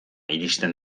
iristen